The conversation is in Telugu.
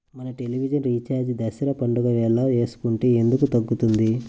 మన టెలివిజన్ రీఛార్జి దసరా పండగ వేళ వేసుకుంటే ఎందుకు తగ్గుతుంది?